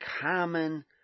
common